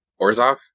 Orzov